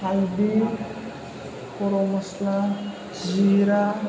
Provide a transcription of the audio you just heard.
हालदै गरम मस्ला जिरा